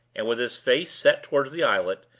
and with his face set toward the islet,